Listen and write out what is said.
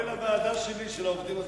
אולי לוועדה שלי, של העובדים הזרים.